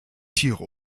tiere